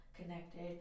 connected